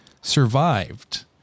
survived